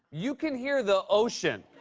you can hear the ocean.